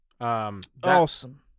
Awesome